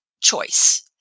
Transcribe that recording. choice